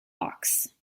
box